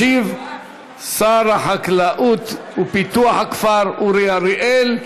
ישיב שר החקלאות ופיתוח הכפר אורי אריאל.